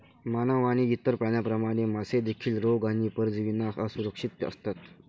मानव आणि इतर प्राण्यांप्रमाणे, मासे देखील रोग आणि परजीवींना असुरक्षित असतात